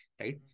right